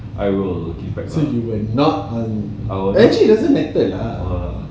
let's say you were not actually doesn't matter lah